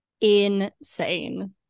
insane